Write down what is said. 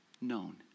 known